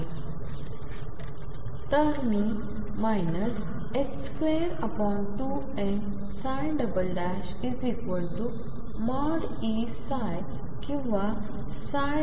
आहे तर मी 22m।E। किंवा 2mE0